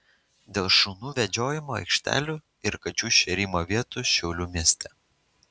dėl šunų vedžiojimo aikštelių ir kačių šėrimo vietų šiaulių mieste